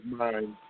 mind